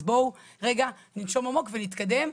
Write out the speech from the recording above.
אז בואו רגע ננשום עמוק ונתקדם,